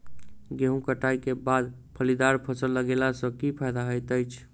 गेंहूँ कटाई केँ बाद फलीदार फसल लगेला सँ की फायदा हएत अछि?